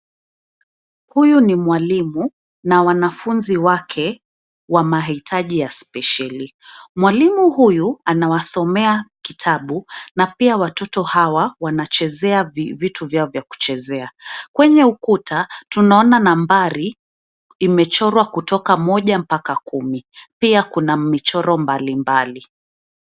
Huyu ni mwalimu na wanafunzi wake wa mahitaji ya spesheli. Mwalimu huyu anawasomea kitabu, na pia watoto hawa wanachezea vitu vyao vya kuchezea. Kwenye ukuta tunaona nambari zimechorwa kutoka moja mpaka kumi. Pia, kuna michoro mbalimbali.